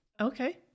Okay